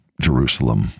Jerusalem